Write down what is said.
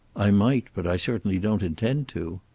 i might, but i certainly don't intend to